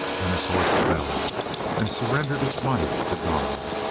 then his horse fell and surrendered its life to god.